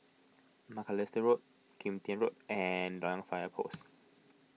Macalister Road Kim Tian Road and Loyang Fire Post